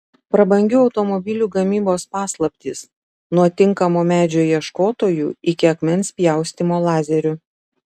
prabangių automobilių gamybos paslaptys nuo tinkamo medžio ieškotojų iki akmens pjaustymo lazeriu